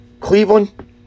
Cleveland